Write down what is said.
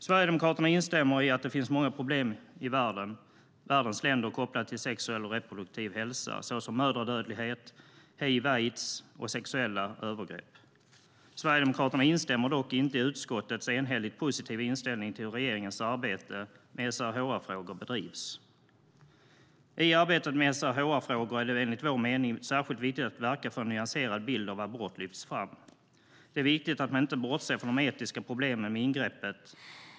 Sverigedemokraterna instämmer i att det finns många problem i världens länder kopplade till sexuell och reproduktiv hälsa såsom mödradödlighet, hiv/aids och sexuella övergrepp. Sverigedemokraterna instämmer dock inte i utskottets enhälligt positiva inställning till hur regeringens arbete med SRHR-frågor bedrivs. I arbetet med SRHR-frågor är det enligt vår mening särskilt viktigt att verka för att en nyanserad bild av abort lyfts fram. Det är viktigt att man inte bortser från de etiska problemen med ingreppet.